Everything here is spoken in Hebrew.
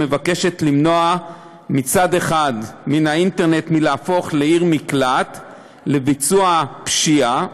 שמבקשת למנוע מצד אחד מן האינטרנט להפוך לעיר מקלט לביצוע פשיעה,